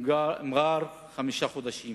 במע'אר, חמישה חודשים.